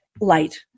light